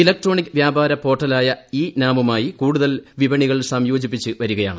electronic വ്യാപാര പോർട്ടലായ e നാമുമായി കൂടുതൽ വിപണികൾ സംയോജിപ്പിച്ച് വരികയാണ്